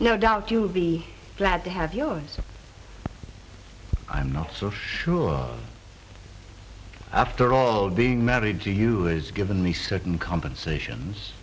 doubt you'll be glad to have yours i'm not so sure after all being married to you has given me certain compensations